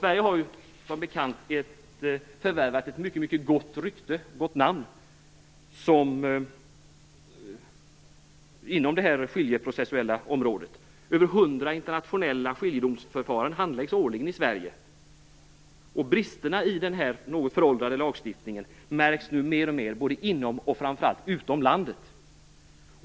Sverige har som bekant förvärvat ett mycket gott namn inom det skiljeprocessuella området. Över hundra internationella skiljedomsförfaranden handläggs årligen i Sverige. Bristerna i denna något föråldrade lagstiftning märks nu mer både inom och framför allt utom landet.